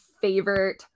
favorite